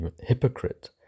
hypocrite